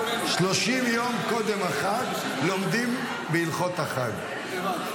30 יום קודם החג לומדים בהלכות החג.